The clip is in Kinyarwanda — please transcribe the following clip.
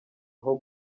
aho